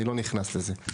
אני לא נכנס לזה.